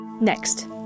Next